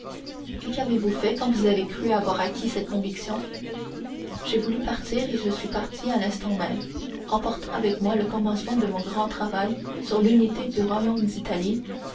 et qu'avez-vous fait quand vous avez cru avoir acquis cette conviction j'ai voulu partir et je suis parti à l'instant même emportant avec moi le commencement de mon grand travail sur l'unité d'un royaume